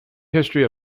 history